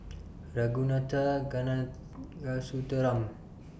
Ragunathar Kanagasuntheram